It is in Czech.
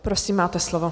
Prosím, máte slovo.